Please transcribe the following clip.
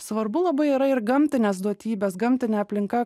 svarbu labai yra ir gamtinės duotybės gamtinė aplinka